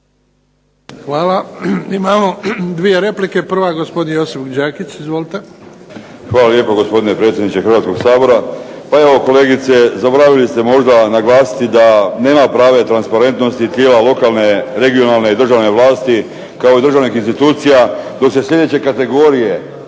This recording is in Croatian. (HDZ)** Imamo dvije replike. Prva je gospodin Josip Đakić. **Đakić, Josip (HDZ)** Hvala lijepo gospodine predsjedniče Hrvatskoga sabora. Pa evo kolegice, zaboravili ste možda naglasiti da nema prave transparentnosti tijela lokalne, regionalne, državne vlasti kao i državnih institucija dok se sljedeće kategorije